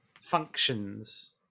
functions